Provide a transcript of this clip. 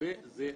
הן